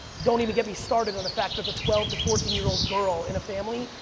don't even get me started on the fact that the twelve to fourteen year old girl in a family,